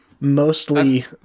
mostly